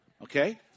Okay